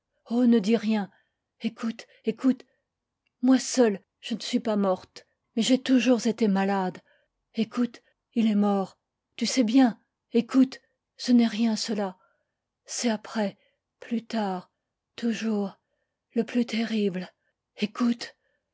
ne dis rien écoute écoute moi seule je ne suis pas morte mais j'ai toujours été malade écoute ii est mort tu sais bien écoute ce n'est rien cela c'est après plus tard toujours le plus terrible